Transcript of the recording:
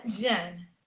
Jen